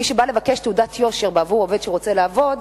מי שבא לבקש תעודת יושר בעבור עובד שרוצה לעבוד,